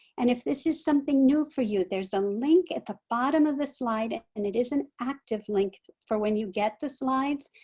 and if this is something new for you, there's a link at the bottom of the slide and it is an active link for when you get the slides.